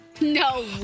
No